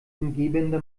umgebende